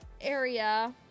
area